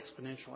exponentially